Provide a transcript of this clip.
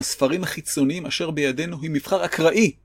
ספרים החיצוניים אשר בידינו הם מבחר אקראי.